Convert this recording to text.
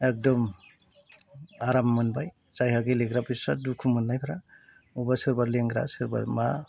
एखदम आराम मोनबाय जायहा गेलेग्रा बिस्रा दुखु मोननायफोरा अबेबा सोरबा लेंग्रा सोरबा मा